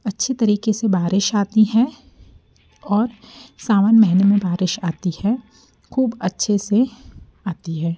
अच्छे तरीके से बारिश आती है और सावन महीने में बारिश आती है खूब अच्छे से आती है